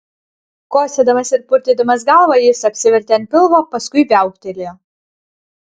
kosėdamas ir purtydamas galvą jis apsivertė ant pilvo paskui viauktelėjo